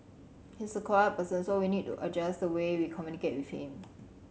he's a quiet person so we need to adjust the way we communicate with him